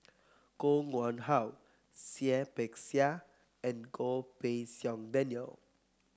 Koh Nguang How Seah Peck Seah and Goh Pei Siong Daniel